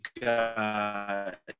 got